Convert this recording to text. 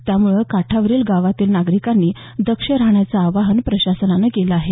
त्यामुळे नदी काठावरील गावांतील नागरिकांनी दक्ष राहण्याचं आवाहन प्रशासनानं केलं आहे